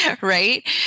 Right